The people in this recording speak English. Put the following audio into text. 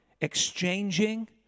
exchanging